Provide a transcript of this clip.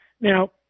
now